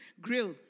grill